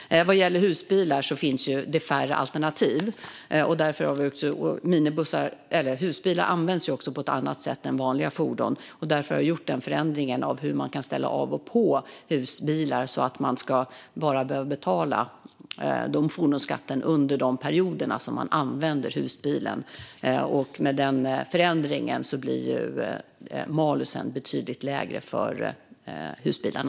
Vad gäller husbilar finns det färre alternativ. Husbilar används också på ett annat sätt än vanliga fordon. Därför har vi gjort en förändring av hur man kan ställa av och på husbilar så att man bara behöver betala fordonsskatt under de perioder som man använder husbilen. Med den förändringen blir malusen betydligt lägre för husbilarna.